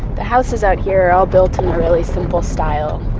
the houses out here are all built in a really simple style.